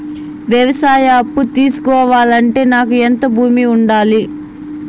వ్యవసాయ అప్పు తీసుకోవాలంటే నాకు ఎంత భూమి ఉండాలి?